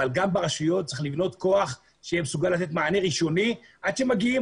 אבל גם ברשויות צריך לבנות כוח שיהיה מסוגל לתת מענה ראשוני עד שמגיעות